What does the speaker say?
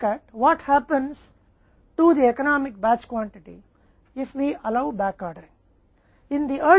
अब हम देखेंगे कि आर्थिक बैच की मात्रा क्या होती है अगर हम वापस ऑर्डर करने की अनुमति देते हैं